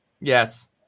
Yes